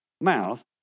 Mouth